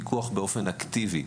מבצעת פיקוח באופן אקטיבי.